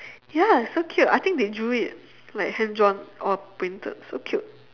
ya so cute I think they drew it like hand drawn or printed so cute